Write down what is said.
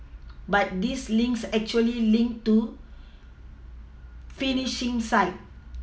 but these links actually link to phishing sites